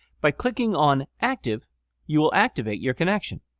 by clicking on active you will activate your connection.